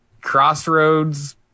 crossroads